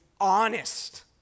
honest